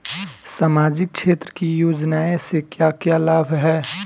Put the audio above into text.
सामाजिक क्षेत्र की योजनाएं से क्या क्या लाभ है?